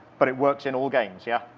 but it works in all games, yeah?